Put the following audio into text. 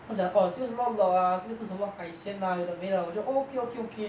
他们讲 orh 这个是 lok lok ah 这个是什么海鲜 ah 有的没的我就 orh okay okay okay